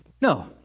No